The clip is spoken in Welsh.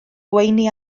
gweini